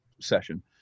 session